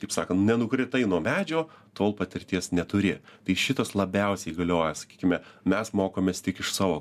kaip sakant nenukritai nuo medžio tol patirties neturi tik šitas labiausiai galioja sakykime mes mokomės tik iš savo